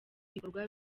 ibikorwa